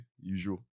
usual